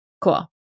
Cool